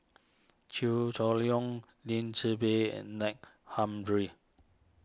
Chew Hock Leong Lim Tze Peng and Nack Humphreys